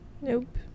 nope